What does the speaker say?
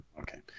Okay